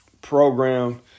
program